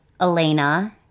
elena